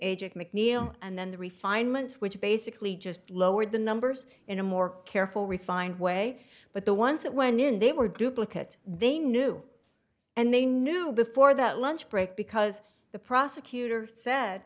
agent mcneil and then the refinements which basically just lowered the numbers in a more careful refined way but the ones that went in they were duplicate they knew and they knew before that lunch break because the prosecutor said